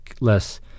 less